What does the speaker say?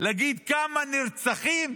להגיד כמה נרצחים.